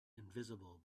invisible